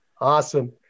Awesome